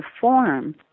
form